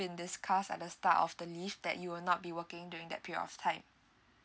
discussed at the start of the leave that you will not be working during that period of time